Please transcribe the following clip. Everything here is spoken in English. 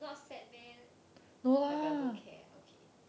not sad meh like I don't care okay